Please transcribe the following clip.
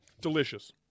Delicious